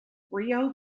rio